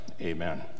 Amen